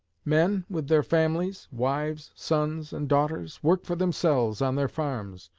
men, with their families wives, sons, and daughters work for themselves, on their farms,